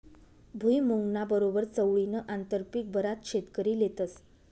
भुईमुंगना बरोबर चवळीनं आंतरपीक बराच शेतकरी लेतस